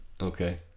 Okay